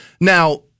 Now